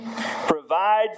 provide